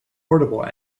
portable